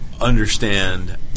understand